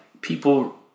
people